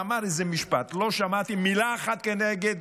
שאמר איזה משפט, לא שמעתי מילה אחת כנגד